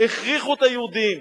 הכריחו את היהודים,